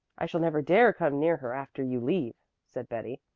i shall never dare come near her after you leave, said betty.